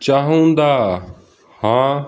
ਚਾਹੁੰਦਾ ਹਾਂ